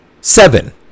Seven